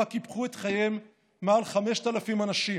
שבה קיפחו את חייהם יותר מ-5,000 אנשים,